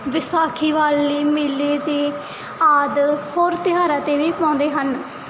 ਵਿਸਾਖੀ ਵਾਲੇ ਮੇਲੇ 'ਤੇ ਆਦਿ ਹੋਰ ਤਿਉਹਾਰਾਂ 'ਤੇ ਵੀ ਪਾਉਂਦੇ ਹਨ